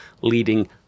leading